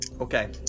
Okay